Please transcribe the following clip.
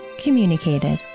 communicated